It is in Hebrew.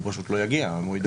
הוא פשוט לא יגיע אם הוא ידע.